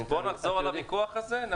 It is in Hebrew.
אז בואו נחזור על הוויכוח הזה.